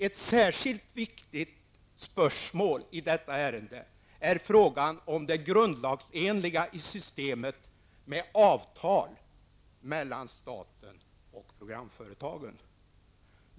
Ett särskilt viktigt spörsmål i detta ärende är frågan om det grundlagsenliga i systemet med avtal mellan staten och programföretagen.